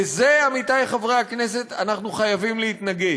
לזה, עמיתי חברי הכנסת, אנחנו חייבים להתנגד.